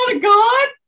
god